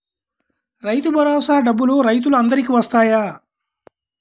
రైతు భరోసా డబ్బులు రైతులు అందరికి వస్తాయా?